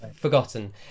forgotten